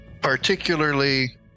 Particularly